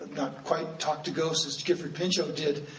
not quite talk to ghosts as gifford pinchot did,